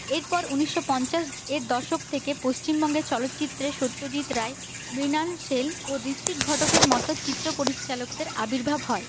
এরপর উনিশশো পঞ্চাশের দশক থেকে পশ্চিমবঙ্গে চলচ্চিত্রে সত্যজিৎ রায় মৃনাল সেন ঋত্বিক ঘটকের মতো চিত্রপরিচালকদের আবির্ভাব হয়